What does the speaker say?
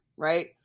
right